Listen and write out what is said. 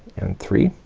and three.